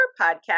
podcast